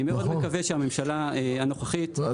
אני מקווה שהממשלה הנוכחית --- מיכל,